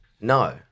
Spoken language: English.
No